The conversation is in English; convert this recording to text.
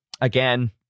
Again